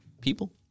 people